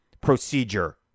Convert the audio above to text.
procedure